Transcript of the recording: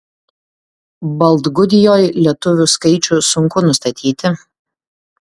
baltgudijoj lietuvių skaičių sunku nustatyti